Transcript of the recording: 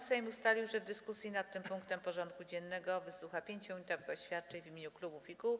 Sejm ustalił, że w dyskusji nad tym punktem porządku dziennego wysłucha 5-minutowych oświadczeń w imieniu klubów i koła.